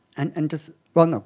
and and just well, no.